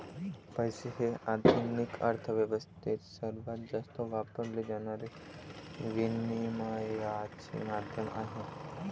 पैसा हे आधुनिक अर्थ व्यवस्थेत सर्वात जास्त वापरले जाणारे विनिमयाचे माध्यम आहे